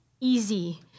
easy